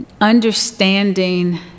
understanding